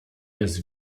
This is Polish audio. jest